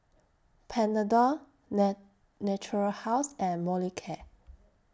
Panadol net Natura House and Molicare